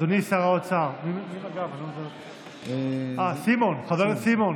אדוני שר האוצר, חבר הכנסת סימון,